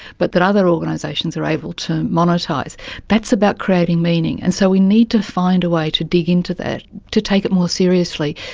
but that other organisations are able to monetise, that's about creating meaning. and so we need to find a way to dig into that, to take it more seriously,